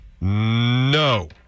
No